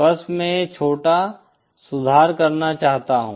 बस मैं यह छोटा सुधार करना चाहता हूं